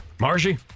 Margie